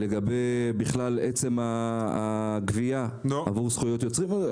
וחשוב לי להגיד לעצם הגבייה עבור זכויות יוצרים.